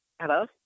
hello